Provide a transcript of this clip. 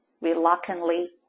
Reluctantly